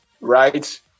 right